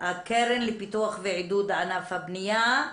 הקרן לפיתוח ועידוד ענף הבנייה.